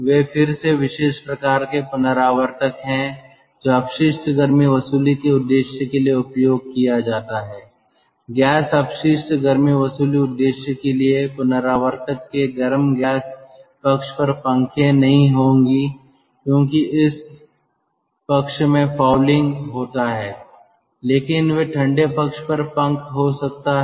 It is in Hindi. वे फिर से विशेष प्रकार के रिकूपरेटर हैं जो अपशिष्ट गर्मी वसूली के उद्देश्य के लिए उपयोग किया जाता है गैस अपशिष्ट गर्मी वसूली उद्देश्य के लिए रिकूपरेटर के गर्म गैस पक्ष पर पंखे नहीं होंगी क्योंकि उस पक्ष में फाउलिंग होता है लेकिन वे ठंडे पक्ष पर पंख हो सकता है